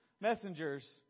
messengers